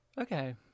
Okay